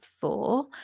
four